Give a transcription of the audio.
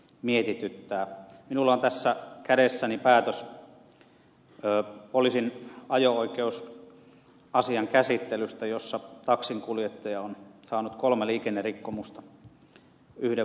minulla on tässä kädessäni poliisin ajo oikeusasian käsittelystä päätös jossa taksinkuljettaja on saanut kolme liikennerikkomusta yhden vuoden aikana